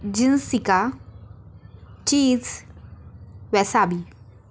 झिन्सिका चीज वैसाबी